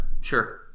Sure